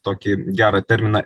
tokį gerą terminą